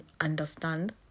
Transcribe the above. understand